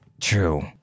True